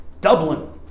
Dublin